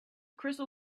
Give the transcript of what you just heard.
crystal